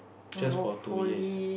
just for two years